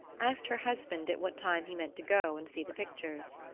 asked her husband at what time he meant to go and see the pictures.